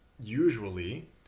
usually